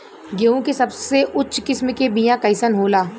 गेहूँ के सबसे उच्च किस्म के बीया कैसन होला?